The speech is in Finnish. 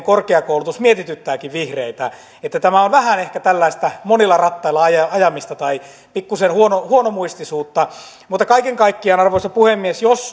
korkeakoulutus mietityttääkin vihreitä eli tämä on vähän ehkä tällaista monilla rattailla ajamista ajamista tai pikkusen huonomuistisuutta mutta kaiken kaikkiaan arvoisa puhemies